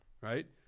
right